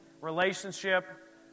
relationship